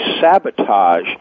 sabotage